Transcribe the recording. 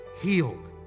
healed